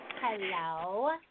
Hello